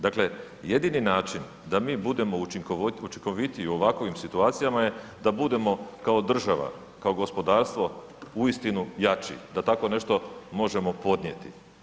Dakle, jedini način da mi budemo učinkovitiji u ovakvim situacijama je da budemo kao država, kao gospodarstvo uistinu jači, da tako nešto možemo podnijeti.